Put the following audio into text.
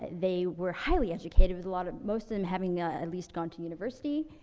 they were highly educated with a lot of, most of them having, ah, at least gone to university.